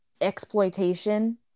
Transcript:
exploitation